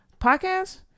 podcast